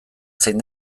zein